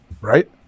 right